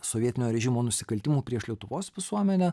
sovietinio režimo nusikaltimų prieš lietuvos visuomenę